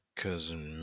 cousin